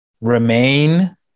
remain